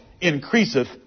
increaseth